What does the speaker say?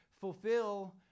fulfill